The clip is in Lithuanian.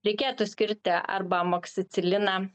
reikėtų skirti arba amoksiciliną